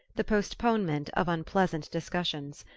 the postponement of unpleasant discussions.